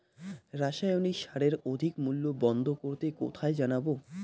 রাসায়নিক সারের অধিক মূল্য বন্ধ করতে কোথায় জানাবো?